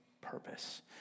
purpose